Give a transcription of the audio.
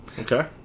Okay